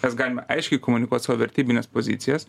mes galime aiškiai komunikuot savo vertybines pozicijas